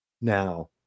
Now